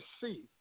see